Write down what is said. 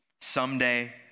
Someday